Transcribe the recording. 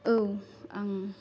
औ आं